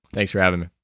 thanks for having me